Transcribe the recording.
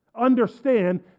understand